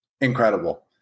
incredible